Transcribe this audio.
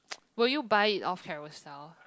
were you buy it of Carousell